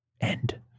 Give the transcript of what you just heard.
End